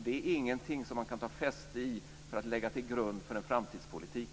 Det är ingenting som kan läggas till grund för en framtidspolitik.